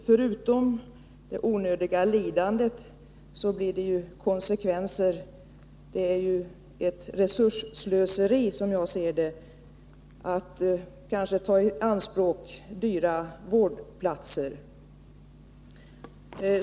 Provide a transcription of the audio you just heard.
Förutom det onödiga lidandet blir det andra konsekvenser. Det är ju ett resursslöseri, som jag ser det, att kanske ta i anspråk dyra vårdplatser.